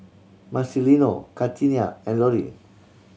Marcelino Katina and Lorri